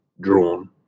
drawn